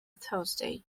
thursday